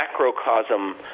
macrocosm